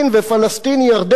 ופלסטין ירדן,